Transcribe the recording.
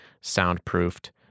soundproofed